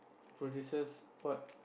producers what